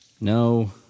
No